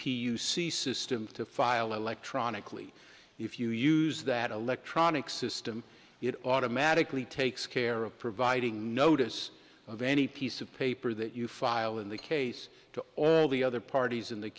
c system to file electronically if you use that electronic system it automatically takes care of providing notice of any piece of paper that you file in the case to all the other parties in th